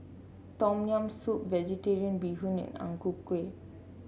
Tom Yam Soup vegetarian Bee Hoon and Ang Ku Kueh